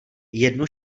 jednu